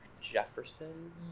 jefferson